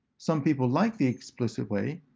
some people like the explicit way,